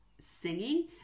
singing